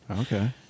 Okay